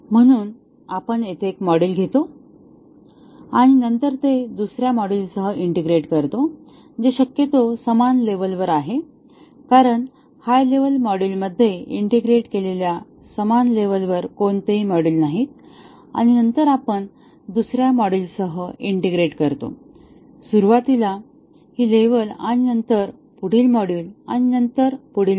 म्हणून आपण येथे एक मॉड्यूल घेतो आणि नंतर ते दुसर्या मॉड्यूलसह ईंटेग्रेट करतो जे शक्यतो समान लेव्हलवर आहे कारण हाय लेव्हल मॉड्यूलमध्ये ईंटेग्रेट केलेल्या समान लेव्हलवर कोणतेही मॉड्यूल नाहीत आणि नंतर आपण दुसर्या मॉड्यूलसह ईंटेग्रेट करतो सुरवातीला हा लेव्हल आणि नंतर पुढील मॉड्यूल आणि नंतर पुढील मॉड्यूल